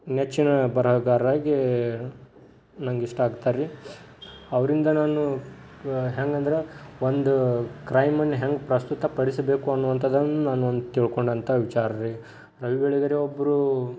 ನೆಚ್ಚಿನ ಬರಹಗಾರರಾಗಿ ನನಗಿಷ್ಟ ಆಗ್ತಾರೆ ರೀ ಅವರಿಂದ ನಾನು ಹೆಂಗಂದ್ರ ಒಂದು ಕ್ರೈಮನ್ನು ಹೆಂಗೆ ಪ್ರಸ್ತುತ ಪಡಿಸಬೇಕು ಅನ್ನುವಂತದನ್ನು ನಾನು ಒಂದು ತಿಳ್ಕೊಂಡಂತಹ ವಿಚಾರ ರೀ ರವಿ ಬೆಳಗೆರೆ ಒಬ್ಬರು